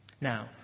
Now